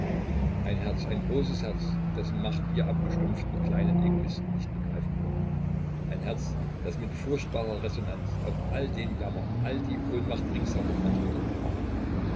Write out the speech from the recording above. ein herz ein großes herz dessen macht wir abgestumpften kleinen egoisten nicht begreifen können ein herz das mit furchtbarer resonanz auf all den jammer all die ohnmacht ringsherum antwortete